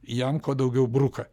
jam kuo daugiau bruka